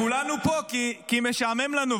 כולנו פה כי משעמם לנו,